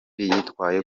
yitwaye